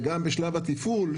וגם בשלב התפעול,